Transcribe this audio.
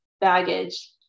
baggage